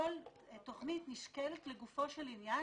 כל תכנית נשקלת לגופו של עניין,